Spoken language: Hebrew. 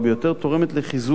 תורמת לחיזוק ההוראה